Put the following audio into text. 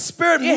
Spirit